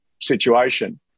situation